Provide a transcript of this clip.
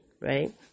right